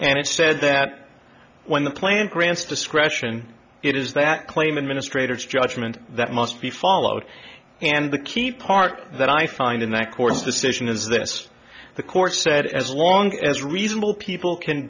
and it said that when the plant grants discretion it is that claim administrator judgment that must be followed and the key part that i find in that course decision is this the court said as long as reasonable people can